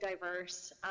diverse